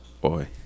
boy